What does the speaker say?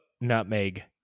nutmeg